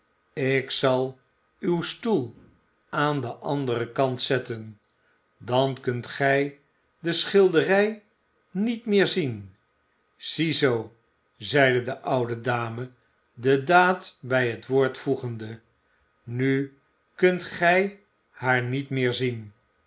ik zal uw stoel aan den anderen kant zetten dan kunt gij de schilderij niet meer zien ziezoo zeide de oude dame de daad bij het woord voegende nu kunt gij haar niet meer zien